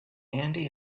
andy